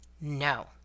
No